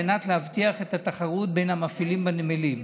על מנת להבטיח את התחרות בין המפעילים בנמלים.